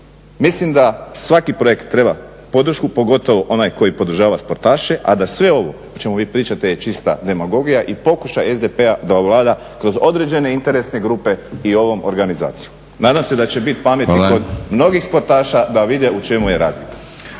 Mislim da svaki projekt treba podršku, pogotovo onaj koji podržava sportaše a da sve ovo o čemu vi pričate je čista demagogija i pokušaj SDP-a da ovlada kroz određene interesne grupe i ovom organizacijom. Nadam se da će biti pameti kod mnogih sportaša da vide u čemu je razlika.